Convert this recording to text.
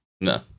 No